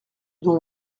dont